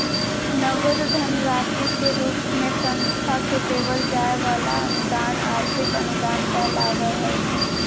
नगद धन राशि के रूप मे संस्था के देवल जाय वला अनुदान आर्थिक अनुदान कहलावय हय